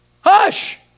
Hush